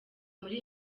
muri